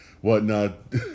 whatnot